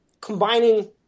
combining